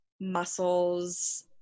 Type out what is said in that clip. muscles